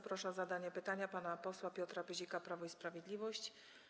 Proszę o zabranie głosu pana posła Piotra Pyzika, Prawo i Sprawiedliwość.